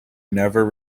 never